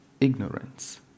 ignorance